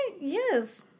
yes